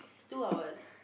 it's two hours